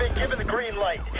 given the green light.